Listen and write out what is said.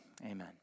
amen